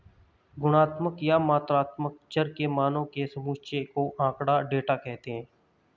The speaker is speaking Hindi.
गुणात्मक या मात्रात्मक चर के मानों के समुच्चय को आँकड़ा, डेटा कहते हैं